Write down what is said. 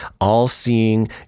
all-seeing